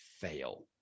fail